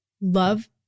love